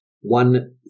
one